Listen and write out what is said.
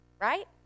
right